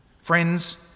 Friends